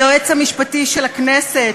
ליועץ המשפטי של הכנסת,